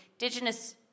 indigenous